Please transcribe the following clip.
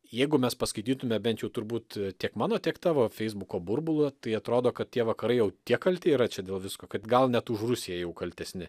jeigu mes paskaitytume bent jau turbūt tiek mano tiek tavo feisbuko burbulą tai atrodo kad tie vakarai jau tiek kalti yra čia dėl visko kad gal net už rusiją jau kaltesni